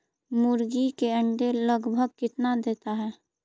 मुर्गी के अंडे लगभग कितना देता है?